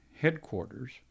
headquarters